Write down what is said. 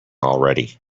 already